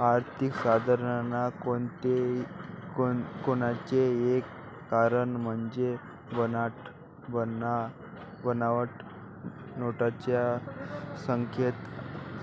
आर्थिक सुधारणा करण्याचे एक कारण म्हणजे बनावट नोटांच्या